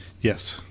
yes